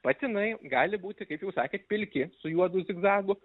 patinai gali būti kaip jau sakėt pilki su juodu zigzagu